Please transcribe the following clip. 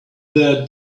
there